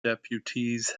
deputies